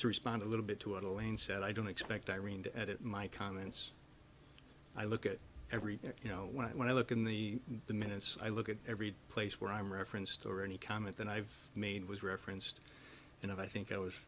i respond a little bit to it all and said i don't expect irene to edit my comments i look at everything you know when i when i look in the minutes i look at every place where i'm referenced or any comment that i've made was referenced in of i think i was